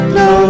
no